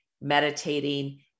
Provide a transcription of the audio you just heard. meditating